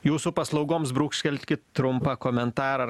jūsų paslaugoms brūkštelkit trumpą komentarą